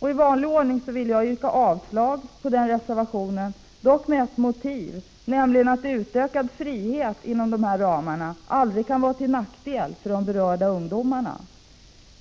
I vanlig ordning vill jag yrka avslag på den reservationen, dock med ett motiv, nämligen att utökad frihet inom dessa ramar aldrig kan vara till nackdel för de berörda ungdomarna.